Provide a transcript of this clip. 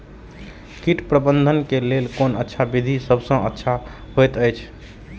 कीट प्रबंधन के लेल कोन अच्छा विधि सबसँ अच्छा होयत अछि?